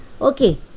Okay